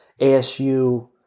ASU